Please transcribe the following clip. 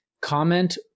comment